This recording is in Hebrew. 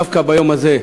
דווקא ביום הזה,